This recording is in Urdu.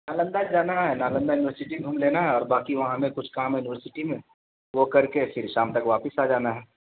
نالندہ جانا ہے نالندہ یونیورسٹی گھوم لینا ہے اور باقی وہاں ہمیں کچھ کام ہے یونیورسٹی میں وہ کر کے پھر شام تک واپس آ جانا ہے